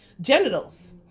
genitals